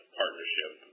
partnership